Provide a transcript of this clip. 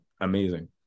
amazing